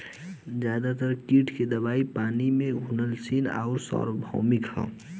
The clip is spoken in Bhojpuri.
ज्यादातर कीट के दवाई पानी में घुलनशील आउर सार्वभौमिक ह?